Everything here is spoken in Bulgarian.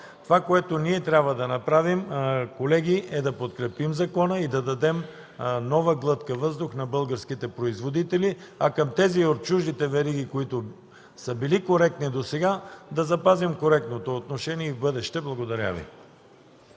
Това, което ние трябва да направим, колеги, е да подкрепим законопроекта и да дадем нова глътка въздух на българските производители, а към тези от чуждите вериги, които са били коректни досега, да запазим коректното отношение и в бъдеще. Благодаря Ви.